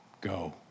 Go